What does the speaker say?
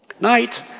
Night